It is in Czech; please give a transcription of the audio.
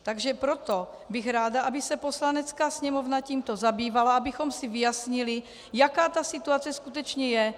Takže proto bych ráda, aby se Poslanecká sněmovna tímto zabývala, abychom si vyjasnili, jaká ta situace skutečně je.